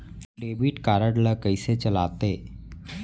Debit card ला कइसे चलाते?